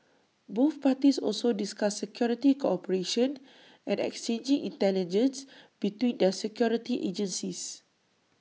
both parties also discussed security cooperation and exchanging intelligence between their security agencies